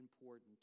important